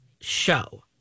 show